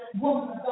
woman